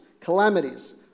calamities